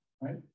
right